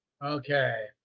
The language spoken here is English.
Okay